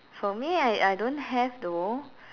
for me I I don't have though